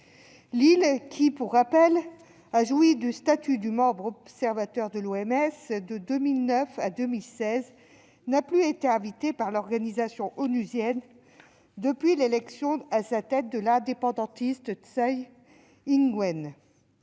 L'île, qui, pour rappel, a joui du statut de membre observateur de l'OMS de 2009 à 2016, n'a plus été invitée par l'organisation onusienne depuis l'élection à sa tête de l'indépendantiste Tsai Ing-wen.